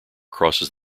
crosses